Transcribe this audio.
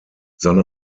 seine